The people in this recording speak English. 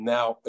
Now